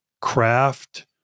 craft